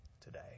today